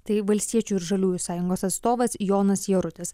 tai valstiečių ir žaliųjų sąjungos atstovas jonas jarutis